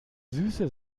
süße